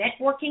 Networking